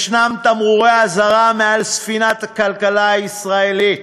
יש תמרורי אזהרה מול ספינת הכלכלה הישראלית: